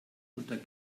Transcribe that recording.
unter